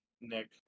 Nick